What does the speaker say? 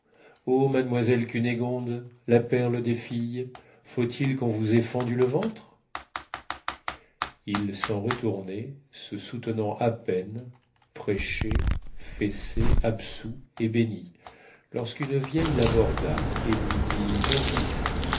ô mademoiselle cunégonde la perle des filles faut-il qu'on vous ait fendu le ventre il s'en retournait se soutenant à peine prêché fessé absous et béni lorsqu'une vieille l'aborda et lui dit mon fils